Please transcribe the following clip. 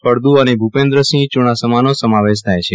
ફળદ અને ભુપેન્દ્રસિંહ ચુડાસમાનો સમાવશ થાય છે